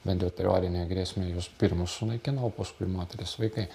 bent jau teorinę grėsmę juos pirmus sunaikina o paskui moterys vaikai